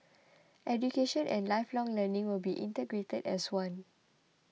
education and lifelong learning will be integrated as one